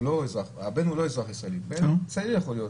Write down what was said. הוא לא יכול לקבל.